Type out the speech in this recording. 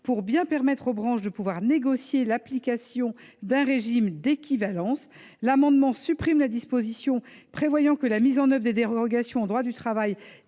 pour permettre aux branches de négocier l’application d’un régime d’équivalence et à supprimer la disposition prévoyant que la mise en œuvre des dérogations au droit du travail